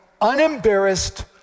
unembarrassed